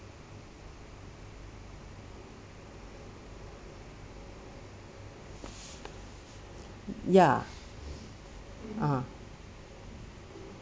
ya ah